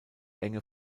enge